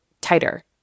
tighter